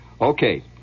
Okay